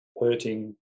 hurting